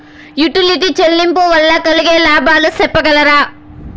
Utility చెల్లింపులు వల్ల కలిగే లాభాలు సెప్పగలరా?